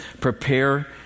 prepare